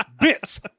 Bits